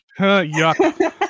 yuck